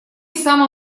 самым